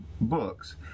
books